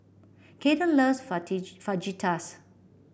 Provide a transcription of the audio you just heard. Kaiden loves Fajitas